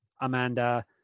Amanda